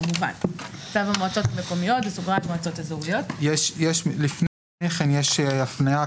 אבל כמובן הכוונה לצו המועצות האזוריות --- לפני כן יש הפניה,